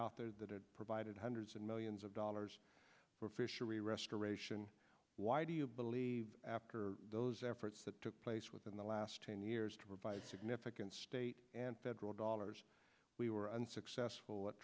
authored that it provided hundreds of millions of dollars for fishery restoration why do you believe after those efforts that took place within the last ten years to provide significant state and federal dollars we were unsuccessful